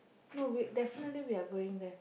no wait definitely we're going there